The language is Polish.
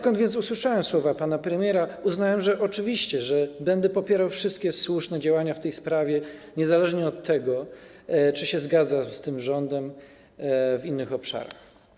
Kiedy więc usłyszałem słowa pana premiera, uznałem, że oczywiście będę popierał wszystkie słuszne działania w tej sprawie, niezależnie od tego, czy zgadzam się z tym rządem w innych obszarach.